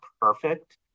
perfect